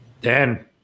Dan